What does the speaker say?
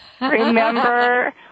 Remember